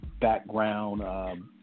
background